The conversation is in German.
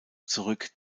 zurück